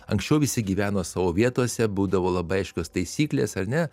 anksčiau visi gyveno savo vietose būdavo labai aiškios taisyklės ar ne